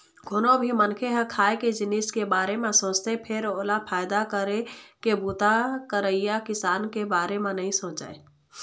कोनो भी मनखे ह खाए के जिनिस के बारे म सोचथे फेर ओला फायदा करे के बूता करइया किसान के बारे म नइ सोचय